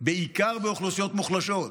בעיקר באוכלוסיות מוחלשות.